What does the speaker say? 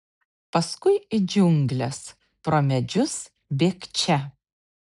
paskui į džiungles pro medžius bėgčia